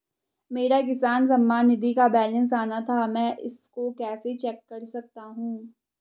मेरा किसान सम्मान निधि का बैलेंस आना था मैं इसको कैसे चेक कर सकता हूँ?